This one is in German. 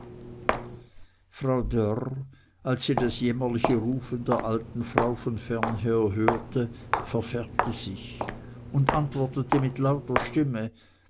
frau dörr als sie das jämmerliche rufen der alten frau von fernher hörte verfärbte sich und antwortete mit lauter stimme